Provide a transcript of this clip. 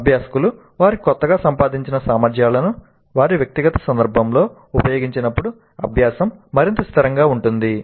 అభ్యాసకులు వారు కొత్తగా సంపాదించిన సామర్థ్యాలను వారి వ్యక్తిగత సందర్భంలో ఉపయోగించినప్పుడు అభ్యాసం మరింత స్థిరంగా ఉంటుంది